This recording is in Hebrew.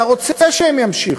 אתה רוצה שהם ימשיכו,